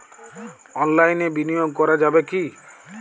অনলাইনে বিনিয়োগ করা যাবে কি?